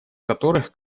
которых